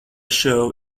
show